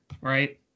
right